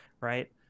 right